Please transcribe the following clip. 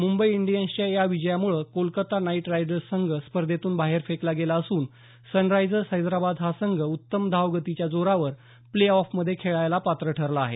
मुंबई इंडियन्सच्या या विजयामुळे कोलकाता नाईट रायडर्स संघ स्पर्धेतून बाहेर फेकला गेला असून सनराइझर्स हैदराबाद हा संघ उत्तम धाव गतीच्या जोरावर प्ले ऑफ मधे खेळायला पात्र ठरला आहे